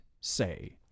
say